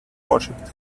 worshipped